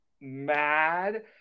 mad